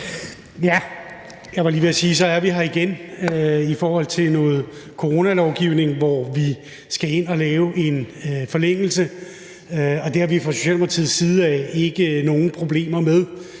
Jeg var lige ved at sige, at så er vi her igen i forhold til noget coronalovgivning, hvor vi skal ind og lave en forlængelse, og det har vi fra Socialdemokratiets side ikke nogen problemer med.